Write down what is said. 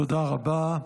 תודה רבה.